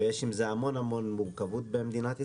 יש עם זה המון מורכבות במדינת ישראל.